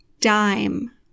dime